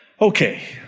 Okay